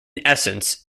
essence